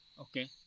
Okay